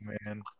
man